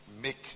make